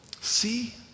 See